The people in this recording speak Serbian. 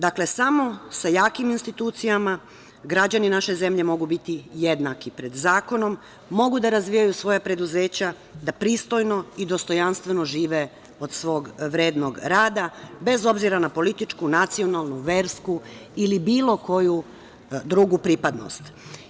Dakle, samo sa jakim institucijama građani naše zemlje mogu biti jednaki pred zakonom, mogu da razvijaju svoja preduzeća, da pristojno i dostojanstveno žive od svog vrednog rada, bez obzira na političku, nacionalnu, versku ili bilo koju drugu pripadnost.